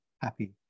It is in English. happy